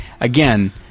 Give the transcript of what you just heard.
again